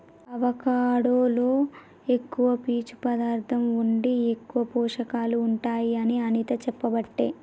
avocado లో ఎక్కువ పీచు పదార్ధం ఉండి ఎక్కువ పోషకాలు ఉంటాయి అని అనిత చెప్పబట్టే